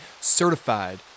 certified